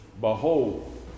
behold